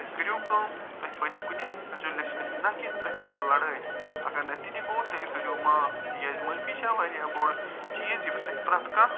تُہۍ کٔرِو کٲم تُہۍ نَہ کہِ تُہۍ کٔرِو لڑٲے اگر نہٕ تِتہِ گوٚو تیٚلہِ کٔرِو معاف تِکیٛازِ معٲفی چھےٚ وارِیاہ بوٚڈ چیٖز ییٚمہِ سۭتۍ پرٛٮ۪تھ کانٛہہ